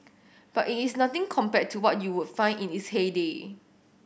but it is nothing compared to what you would find in its heyday